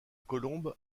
colombes